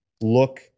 look